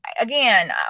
again